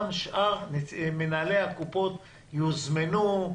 גם שאר מנהלי הקופות יוזמנו.